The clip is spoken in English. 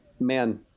man